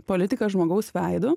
politika žmogaus veidu